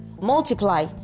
multiply